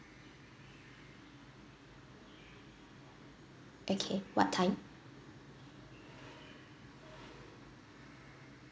okay what time